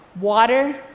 Water